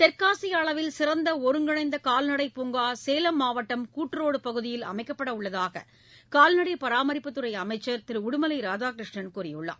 தெற்காசிய அளவில் சிறந்த ஒருங்கிணைந்த கால்நடைப்பூங்கா சேலம் மாவட்டம் கூட்டுரோடு பகுதியில் அமைக்கப்படவுள்ளதாக கால்நடை பராமரிப்புத்துறை அமைச்சர் திரு உடுமலை ராதாகிருஷ்ணன் கூறியுள்ளார்